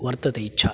वर्तते इच्छा